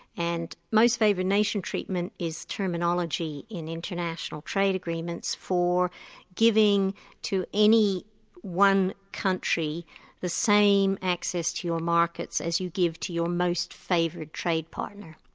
and most favoured nation treatment is terminology in international trade agreements for giving to any one country the same access to your markets as you give to your most favoured trade partner.